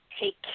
take